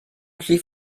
schlief